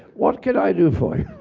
what can i do for